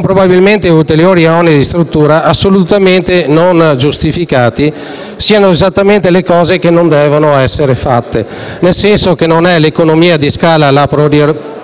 probabilmente con ulteriori oneri di struttura assolutamente non giustificati, sia esattamente quello che non deve essere fatto: non è l'economia di scala la priorità